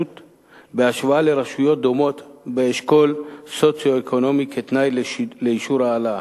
בהשוואה לרשויות דומות באשכול סוציו-אקונומי כתנאי לאישור העלאה.